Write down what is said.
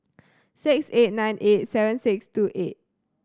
six eight nine eight seven six two eight